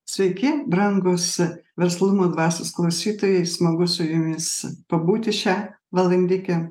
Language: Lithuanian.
sveiki brangūs verslumo dvasios klausytojai smagu su jumis pabūti šią valandikę